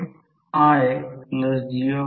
5 आहे तर आणि तशीच दुसरी बाजू देखील आहे ती 6 1 0